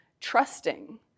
trusting